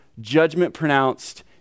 judgment-pronounced